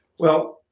well,